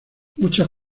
muchas